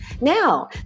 Now